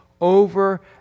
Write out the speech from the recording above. over